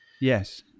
Yes